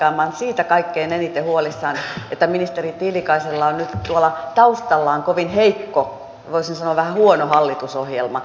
ja minä olen siitä kaikkein eniten huolissani että ministeri tiilikaisella on nyt tuolla taustallaan kovin heikko voisin sanoa vähän huono hallitusohjelma